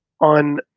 on